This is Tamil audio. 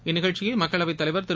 இந்நிகழ்ச்சியை மக்களவைத் தலைவர் திரு